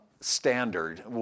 standard